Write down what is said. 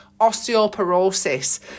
osteoporosis